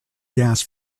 gas